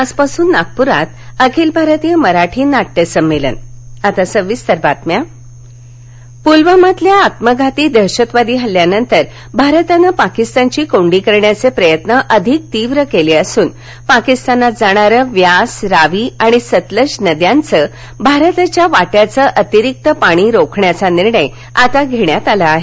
आजपासून नागपूरात अखिल भारतीय मराठी नाट्यसम्मेलन गडकरी पाकिस्तान पुलवामातील आत्मघाती दहशतवादी हल्ल्यानंतर भारतानं पाकिस्तानची कोंडी करण्याचे प्रयत्न अधिक तीव्र केले असून पाकिस्तानात जाणारं व्यास रावी आणि सतलज नद्यांचं भारताच्या वाट्याचं अतिरिक्त पाणी रोखण्याचा निर्णय आता घेण्यात आला आहे